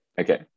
Okay